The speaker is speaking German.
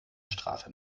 strafe